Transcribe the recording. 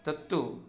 तत्तु